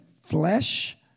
flesh